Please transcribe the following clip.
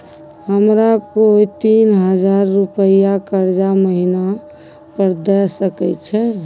हमरा कोय तीन हजार रुपिया कर्जा महिना पर द सके छै?